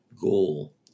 goal